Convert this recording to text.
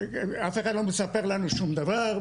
אף אחד לא מספר לנו שום דבר,